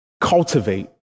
cultivate